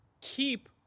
keep